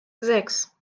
sechs